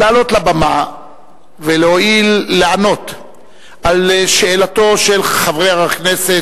לעלות לבמה ולהואיל לענות על שאלתו של חבר הכנסת